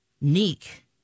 Neek